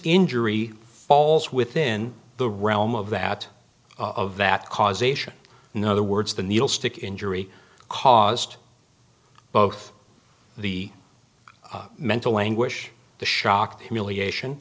injury falls within the realm of that of that causation in other words the needle stick injury caused both the mental anguish the shock humiliation